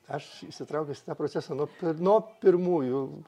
aš įsitraukęs į tą procesą nuo nuo pirmųjų